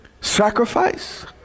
sacrifice